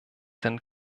denn